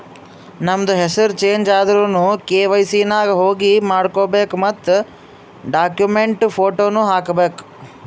ನಮ್ದು ಹೆಸುರ್ ಚೇಂಜ್ ಆದುರ್ನು ಕೆ.ವೈ.ಸಿ ನಾಗ್ ಹೋಗಿ ಮಾಡ್ಕೋಬೇಕ್ ಮತ್ ಡಾಕ್ಯುಮೆಂಟ್ದು ಫೋಟೋನು ಹಾಕಬೇಕ್